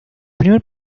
primer